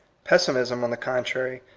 pessimism, on the contrary,